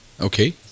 Okay